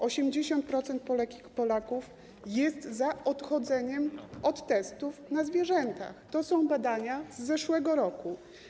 80% Polek i Polaków jest za odchodzeniem od testów na zwierzętach - to są wyniki badania z zeszłego roku.